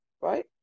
right